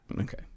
Okay